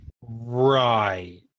Right